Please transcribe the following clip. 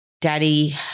daddy